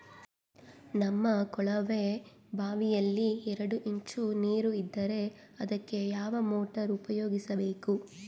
ನಮ್ಮ ಕೊಳವೆಬಾವಿಯಲ್ಲಿ ಎರಡು ಇಂಚು ನೇರು ಇದ್ದರೆ ಅದಕ್ಕೆ ಯಾವ ಮೋಟಾರ್ ಉಪಯೋಗಿಸಬೇಕು?